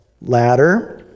ladder